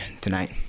tonight